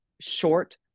short